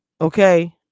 Okay